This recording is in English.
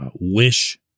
wish